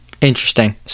Interesting